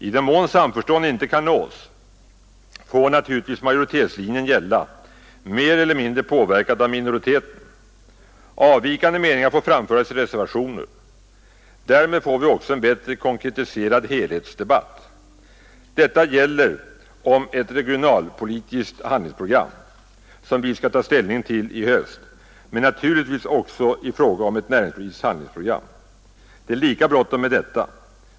I den mån samförstånd inte kan nås får naturligtvis majoritetslinjen gälla, mer eller mindre påverkad av minoriteten. Avvikande meningar får framföras i reservationer. Därmed får vi också en bättre konkretiserad helhetsdebatt. Detta gäller om ett regionalpolitiskt handlingsprogram, som vi skall ta ställning till i höst, men naturligtvis också i fråga om ett näringspolitiskt handlingsprogram. Det är lika bråttom med detta.